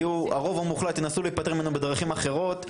הרוב המוחלט ינסו אולי להיפטר ממנו בדרכים אחרות,